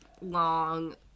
long